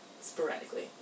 Sporadically